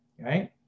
right